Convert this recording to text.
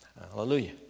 Hallelujah